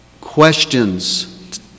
questions